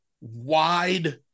Wide